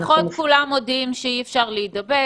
בבריכות כולם מודים שאי-אפשר להידבק,